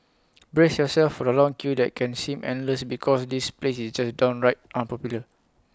brace yourself for the long queue that can seem endless because this place is just downright unpopular